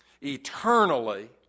eternally